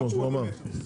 300 הוא אומר.